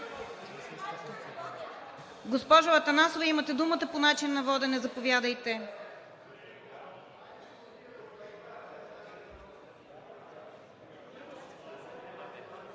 Госпожо Атанасова, имате думата по начина на водене – заповядайте.